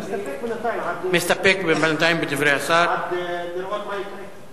מסתפק בדברי השר, לראות מה יקרה.